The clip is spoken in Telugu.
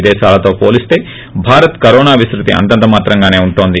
విదేశాలతో పోలిస్త భారత్ కరోనా విస్తుత అంతంతమాత్రంగానే ఉంటోంది